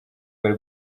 bari